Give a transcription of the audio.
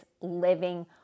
living